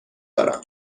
دارم